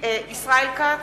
ישראל כץ,